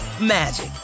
magic